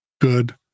good